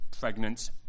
pregnant